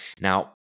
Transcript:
Now